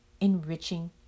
enriching